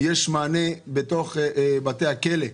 יש מענה בתוך בתי הכלא.